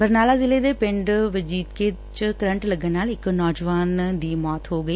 ਬਰਨਾਲਾ ਜ਼ਿਲ੍ਹੇ ਦੇ ਪਿੰਡ ਵਜੀਦਕੇ ਚ ਕਰੰਟ ਲੱਗਣ ਨਾਲ ਇਕ ਨੌਜਵਾਨ ਦੀ ਮੌਤ ਹੋ ਗਈ